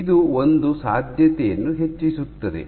ಇದು ಒಂದು ಸಾಧ್ಯತೆಯನ್ನು ಹೆಚ್ಚಿಸುತ್ತದೆ